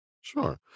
Sure